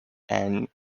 and